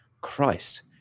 Christ